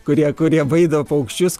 kurie kurie baido paukščius